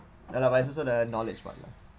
ya lah but it's also the knowledge part lah